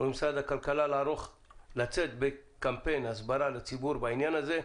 ולמשרד הכלכלה לצאת בקמפיין הסברה לציבור בעניין הזה,